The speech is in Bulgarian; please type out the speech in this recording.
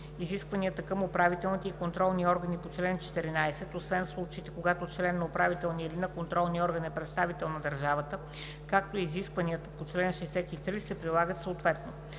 изискванията към управителните и контролните органи по чл. 14 (освен в случаите, когато член на управителния или на контролния орган е представител на държавата), както и изискванията на чл. 63 се прилагат съответно.